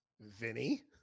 Vinny